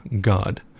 God